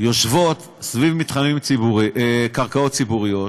יושבות סביב קרקעות ציבוריות,